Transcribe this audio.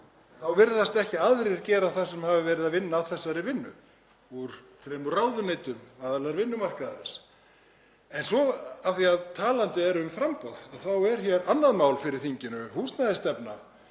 þá virðast aðrir ekki gera það sem hafa verið að vinna að þessu, fólk úr þremur ráðuneytum, aðilar vinnumarkaðarins. En svo, af því að talað er um framboð, þá er annað mál hér fyrir þinginu, húsnæðisstefna,